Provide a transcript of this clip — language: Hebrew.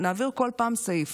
נעביר בכל פעם סעיף.